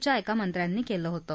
च्या एका मंत्र्यांनी केलं होतं